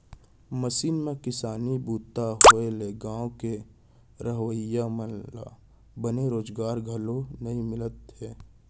machine म किसानी बूता होए ले गॉंव के रहवइया मन ल बने रोजगार घलौ नइ मिलत हे